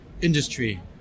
industry